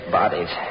bodies